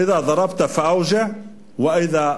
אִדַ'א צָ'רַבְּתַ פַאַוּגִ'עְ וַאִדַ'א